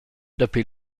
dapi